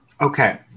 Okay